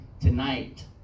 tonight